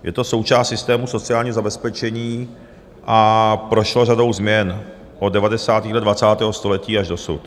Je to součást systému sociálního zabezpečení a prošlo řadou změn od devadesátých let dvacátého století až dosud.